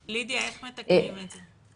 ידיה, איך מתקנים את זה?